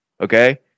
okay